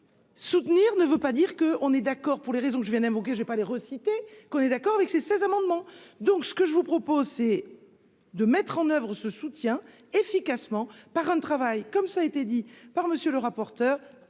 Soutenir ne veut pas dire que on est d'accord pour les raisons que je viens d'invoquer, j'ai pas les reciter qu'on est d'accord avec ces, ces amendements donc ce que je vous propose, c'est de mettre en oeuvre ce soutien efficacement par un travail comme ça a été dit par monsieur le rapporteur